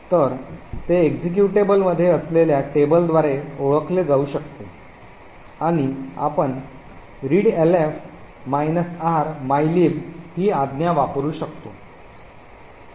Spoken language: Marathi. तर ते एक्जीक्यूटेबलमध्ये असलेल्या टेबलाद्वारे ओळखले जाऊ शकते आणि आपण readelf R mylib ही आज्ञा वापरू शकतो